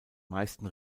meisten